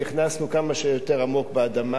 נכנסנו כמה שיותר עמוק באדמה,